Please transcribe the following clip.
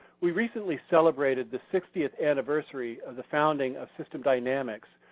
we recently celebrated the sixtieth anniversary of the founding of system dynamics,